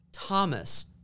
Thomas